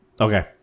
Okay